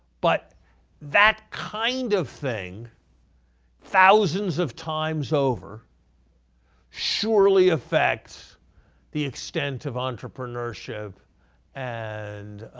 but that kind of thing thousands of times over surely affects the extent of entrepreneurship and